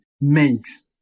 makes